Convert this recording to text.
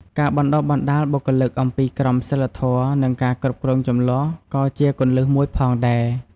ការបណ្តុះបណ្តាលបុគ្គលិកអំពីក្រមសីលធម៌ និងការគ្រប់គ្រងជម្លោះក៏ជាគន្លឹះមួយផងដែរ។